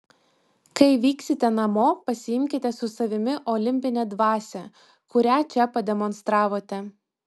kai vyksite namo pasiimkite su savimi olimpinę dvasią kurią čia pademonstravote